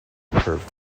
curved